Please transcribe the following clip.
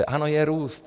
Ano, je růst.